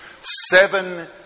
seven